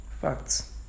Facts